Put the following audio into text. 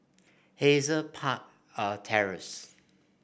Hazel Park a Terrace